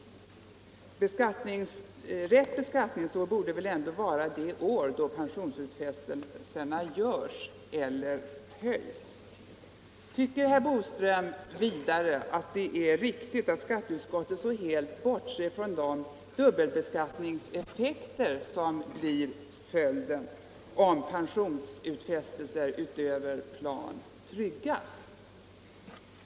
Rätt beskattningsår borde väl ändå vara det år då pensionsutfästelserna görs eller höjs. Tycker herr Boström vidare att det är riktigt att skatteutskottet helt bortser från de dubbelbeskattningseffekter som blir följden om pensionsutfästelser utöver plan tryggas?